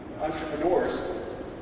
Entrepreneurs